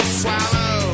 swallow